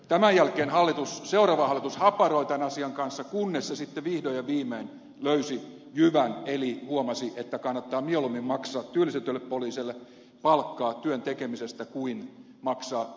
tämän jälkeen seuraava hallitus haparoi tämän asian kanssa kunnes se sitten vihdoin ja viimein löysi jyvän eli huomasi että kannattaa mieluummin maksaa työllistetyille poliiseille palkkaa työn tekemisestä kuin maksaa työttömyyskorvauksia